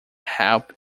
help